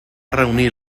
reunir